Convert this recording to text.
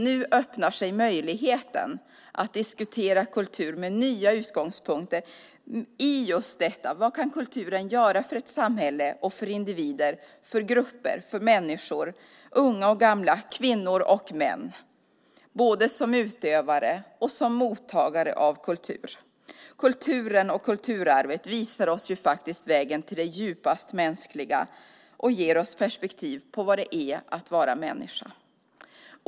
Nu öppnar sig möjligheten att diskutera kultur med nya utgångspunkter - vad kulturen kan göra för ett samhälle och för individer, grupper av människor, unga och gamla, kvinnor och män, både som utövare och som mottagare av kultur. Kulturen och kulturarvet visar oss vägen till det djupast mänskliga och ger oss perspektiv på vad det är att vara människa.